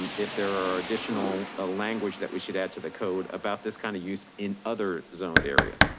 and if there are additional ah language that we should add to the code about this kind of use in other zoned areas,